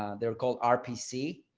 ah they're called rpc.